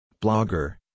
Blogger